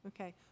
Okay